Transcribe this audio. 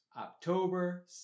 October